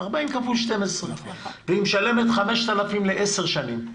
40 כפול 12, והיא משלמת 5,000 לעשר שנים.